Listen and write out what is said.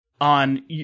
on